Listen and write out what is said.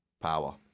power